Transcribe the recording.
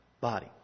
body